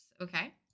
Okay